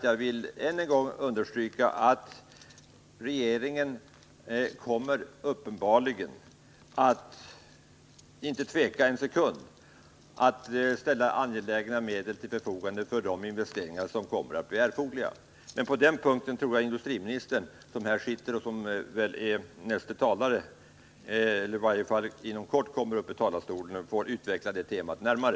Jag vill än en gång understryka — och det är det andra skälet — att regeringen inte kommer att tveka ens en sekund när det gäller att ställa medel till förfogande för erforderliga investeringar. Jag tror att industriministern, som snart kommer upp i talarstolen, har för avsikt att utveckla detta tema närmare.